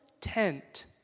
tent